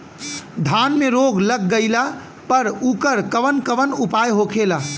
धान में रोग लग गईला पर उकर कवन कवन उपाय होखेला?